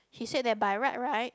he said that by right right